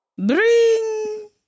Bring